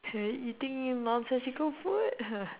and eating nonsensical food